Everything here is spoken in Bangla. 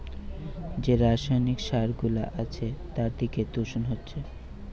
যে রাসায়নিক সার গুলা আছে তার থিকে দূষণ হচ্ছে